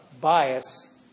bias